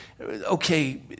okay